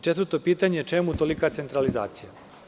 Četvrto pitanje je – čemu tolika centralizacija?